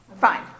Fine